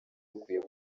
akwiye